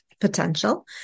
potential